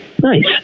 Nice